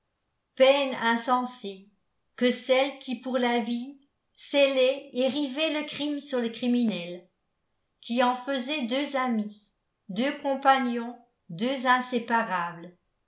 peine insensée que celle qui pour la vie scellait et rivait le crime sur le criminel qui en faisait deux amis deux compagnons deux inséparables